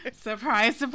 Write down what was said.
surprise